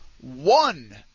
one